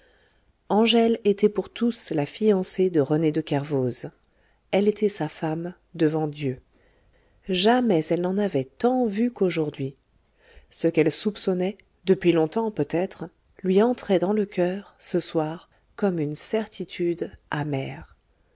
angèle était pour tous la fiancée de rené de kervoz elle était sa femme devant dieu jamais elle n'en avait tant vu qu'aujourd'hui ce qu'elle soupçonnait depuis longtemps peut-être lui entrait dans le coeur ce soir comme une certitude amère